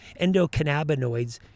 endocannabinoids